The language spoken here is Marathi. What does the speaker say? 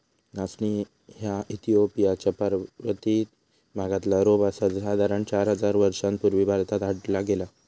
नाचणी ह्या इथिओपिया च्या पर्वतीय भागातला रोप आसा जा साधारण चार हजार वर्षां पूर्वी भारतात हाडला गेला